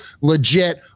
legit